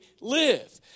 live